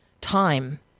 time